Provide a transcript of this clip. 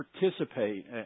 participate